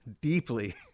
deeply